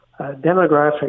demographic